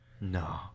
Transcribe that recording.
no